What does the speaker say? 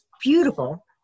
Beautiful